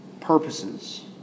purposes